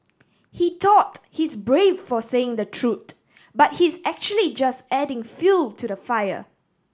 he thought he's brave for saying the truth but he's actually just adding fuel to the fire